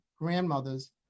grandmothers